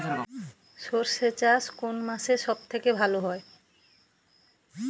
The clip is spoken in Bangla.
সর্ষে চাষ কোন মাসে সব থেকে ভালো হয়?